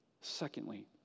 Secondly